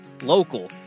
local